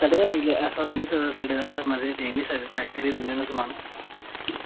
सड़े दा निकलेआ ऐसा होई नी सकदा सड़े दा होए अस चेक करियै दिन्ने होन्ने समान